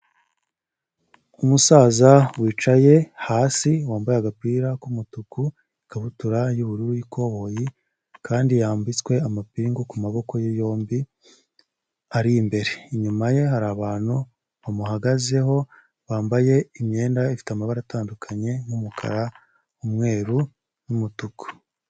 Umusaza wicaye hasi wambaye agapira k'umutuku, ikabutura y'ubururu y'ikoboyi, kandi yambitswe amapingu ku maboko ye yombi ari imbere. Inyuma ye hari abantu bamuhagazeho, bambaye imyenda ifite amabara atandukanye nk'umukara, umweru n'umutuku.